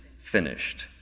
finished